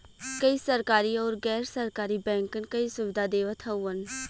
कई सरकरी आउर गैर सरकारी बैंकन कई सुविधा देवत हउवन